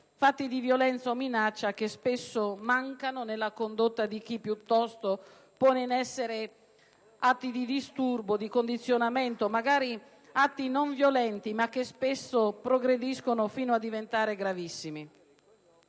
fatti di violenza o minaccia che spesso mancano nella condotta di chi piuttosto pone in essere atti di disturbo, di condizionamento, magari atti non violenti ma che spesso progrediscono fino a diventare gravissimi.